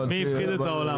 מי הפחיד את העולם?